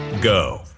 go